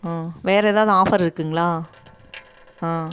ஆ வேறு ஏதாவது ஆஃபர் இருக்குங்களா ஆ